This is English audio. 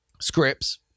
scripts